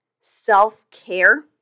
self-care